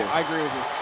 i agree with